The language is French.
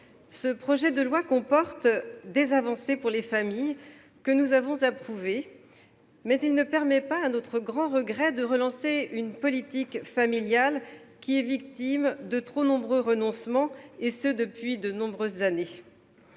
projet de loi comporte des avancées pour les familles, que nous avons approuvées, mais il ne permet pas, à notre grand regret, de relancer une politique familiale victime de trop nombreux renoncements, et ce depuis de nombreuses années.